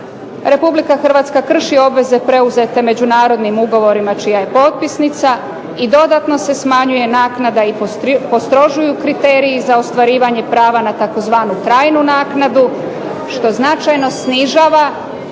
Republika Hrvatska krši obveze preuzete međunarodnim ugovorima čija je potpisnica i dodatno se smanjuje naknada i postrožuju kriteriji za ostvarivanje prava na tzv. trajnu naknadu, što značajno snižava